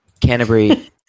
Canterbury